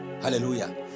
Hallelujah